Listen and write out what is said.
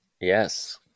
Yes